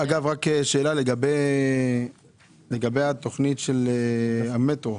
שאלה לגבי התוכנית של המטרו,